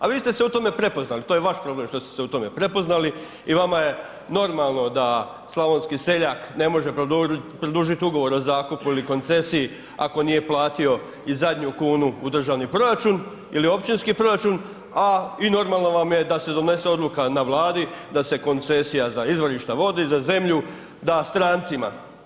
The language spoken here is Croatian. A vi ste se u tome prepoznali, to je vaš problem što ste se u tome prepoznali i vama je normalno da slavonski seljak ne može produžiti ugovor o zakupu ili koncesiji ako nije platio i zadnju kunu u državni proračun ili općinski proračun i normalno vam je da se donese odluka na Vladi da se koncesija za izvorišne vode i za zemlju da strancima.